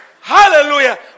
Hallelujah